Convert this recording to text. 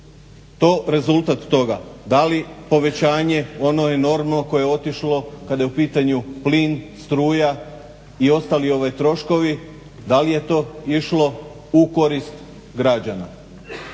je to rezultat toga? Da li povećanje ono enormno koje je otišlo kada je u pitanju plin, struja i ostali troškovi, da li je to išlo u korist građana?